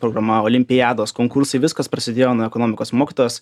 programa olimpiados konkursai viskas prasidėjo nuo ekonomikos mokytojos